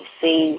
see